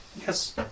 Yes